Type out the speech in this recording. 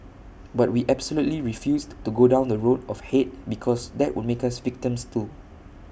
but we absolutely refused to go down the road of hate because that would make us victims too